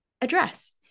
address